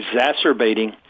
exacerbating